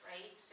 Right